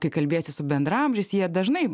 kai kalbiesi su bendraamžiais jie dažnai